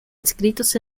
inscritos